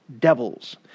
devils